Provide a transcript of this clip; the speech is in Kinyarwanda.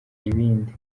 ibindi